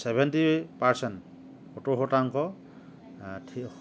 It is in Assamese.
ছেভেণ্টি পাৰ্চেণ্ট সত্তৰ শতাংশ ঠিক